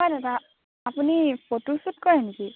হয় দাদা আপুনি ফটোশ্বুট কৰে নেকি